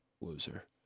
loser